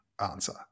answer